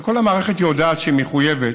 שכל המערכת יודעת שהיא מחויבת,